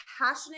passionate